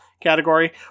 Category